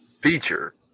feature